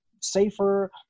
safer